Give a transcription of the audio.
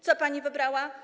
Co pani wybrała?